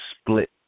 split